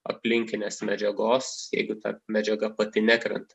aplinkinės medžiagos jeigu ta medžiaga pati nekrenta